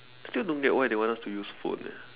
still don't get why they want us to use phone eh